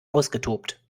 ausgetobt